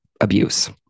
abuse